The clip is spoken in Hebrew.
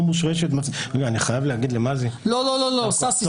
מושרשת אני חייב להגיד למזי -- לא ששי,